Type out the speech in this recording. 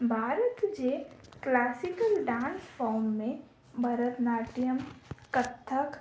भारत जे classical dance form में भरतनाट्यम कथक